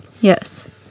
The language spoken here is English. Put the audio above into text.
Yes